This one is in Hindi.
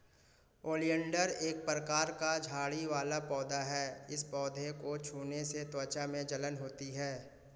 ओलियंडर एक प्रकार का झाड़ी वाला पौधा है इस पौधे को छूने से त्वचा में जलन होती है